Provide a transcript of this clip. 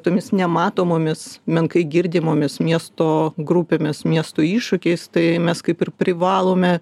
tomis nematomomis menkai girdimomis miesto grupėmis miestų iššūkiais tai mes kaip ir privalome